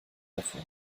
hervor